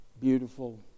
Beautiful